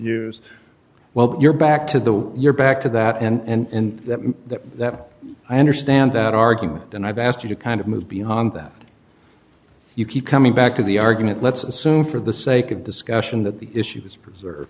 use well you're back to the you're back to that and that that i understand that argument and i've asked you to kind of move beyond that you keep coming back to the argument let's assume for the sake of discussion that the issue is preserve